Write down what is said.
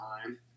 time